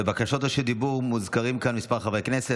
בבקשות רשות דיבור מוזכרים כאן כמה חברי כנסת.